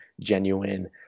genuine